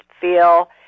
feel